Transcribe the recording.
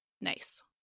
Nice